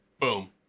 Boom